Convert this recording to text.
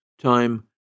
Time